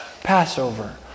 Passover